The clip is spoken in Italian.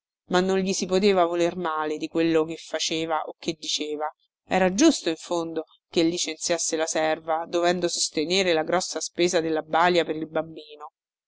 ma non gli si poteva voler male di quello che faceva o che diceva era giusto in fondo che licenziasse la serva dovendo sostenere la grossa spesa della balia per il bambino